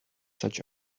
such